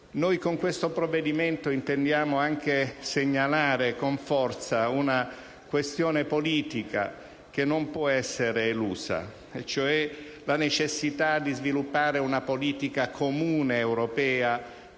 Con il provvedimento in esame intendiamo anche segnalare con forza una questione politica che non può essere elusa; vale a dire la necessità di sviluppare una politica comune europea,